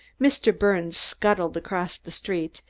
mr. birnes scuttled across the street,